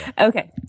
Okay